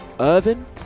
Irvin